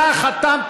אתה חתמת,